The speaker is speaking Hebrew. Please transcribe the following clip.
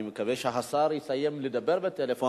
אני מקווה שהשר יסיים לדבר בטלפון,